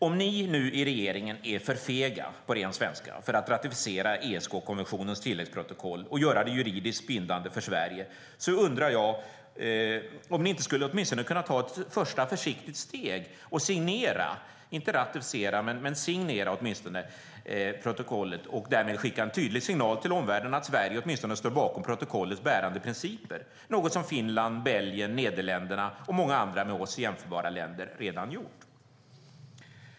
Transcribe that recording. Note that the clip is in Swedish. Om ni nu i regeringen är för fega - på ren svenska - för att ratificera ESK-konventionens tilläggsprotokoll och göra det juridiskt bindande för Sverige undrar jag om ni inte skulle kunna ta ett första försiktigt steg och åtminstone signera - inte ratificera - protokollet och därmed skicka en tydlig signal till omvärlden att Sverige står bakom protokollets bärande principer, något som Finland, Belgien, Nederländerna och många andra med oss jämförbara länder redan gjort.